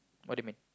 what do you mean